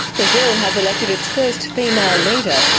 brazil has elected its first female leader.